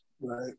Right